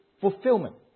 fulfillment